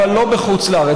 אבל לא בחוץ לארץ.